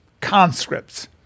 conscripts